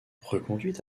reconduite